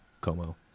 como